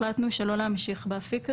החלטנו שלא להמשיך באפיק הזה,